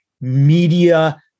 media